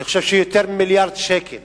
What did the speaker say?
אני חושב שיותר ממיליארד שקל